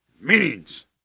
meanings